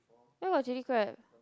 where got chilli crab